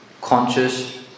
conscious